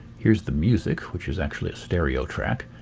here's the music which is actually a stereo track.